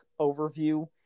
overview